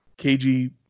KG